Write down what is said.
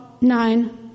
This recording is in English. nine